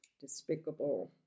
despicable